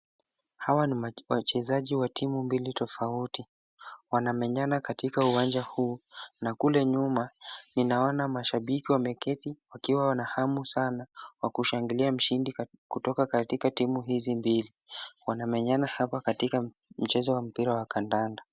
Hawa ni wachezaji wa timu mbili tofauti. Wanamenyana katika uwanja huu, na kule nyuma ninaona mashabiki wa Meketi wakiwa wanahamu sana wa kushangilia mshindi kutoka katika timu hizi mbili. Wanamenyana hapa katika mchezo wa mpira wa kandanda.